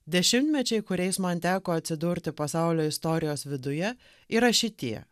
dešimtmečiai kuriais man teko atsidurti pasaulio istorijos viduje yra šitie